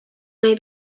nahi